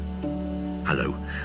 Hello